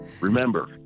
Remember